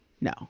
no